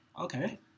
Okay